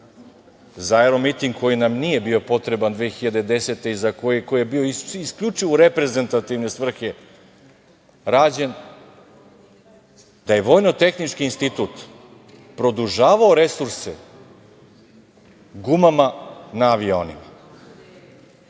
za aero miting koji nam nije bio potreban 2010. godine i koji je bio isključivo u reprezentativne svrhe rađen, da je Vojno-tehnički institut produžavao resurse gumama na avionima.